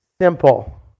simple